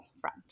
front